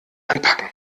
anpacken